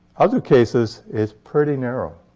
other cases, it's pretty narrow.